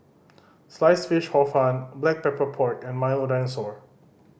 Sliced Fish Hor Fun Black Pepper Pork and Milo Dinosaur